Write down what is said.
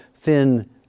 thin